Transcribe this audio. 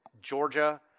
Georgia